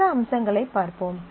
மற்ற அம்சங்களைப் பார்ப்போம்